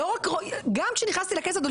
גם כשנכנסתי לכנסת,